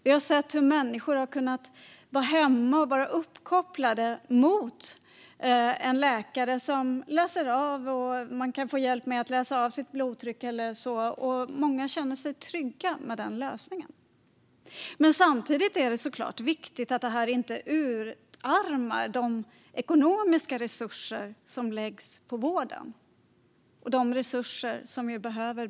Vi har sett hur människor har kunnat vara hemma och vara uppkopplade mot en läkare som till exempel kan hjälpa till med att läsa av blodtrycket. Många känner sig trygga med den lösningen. Samtidigt är det såklart viktigt att det här inte utarmar vården. De ekonomiska resurserna behöver bli större, inte mindre.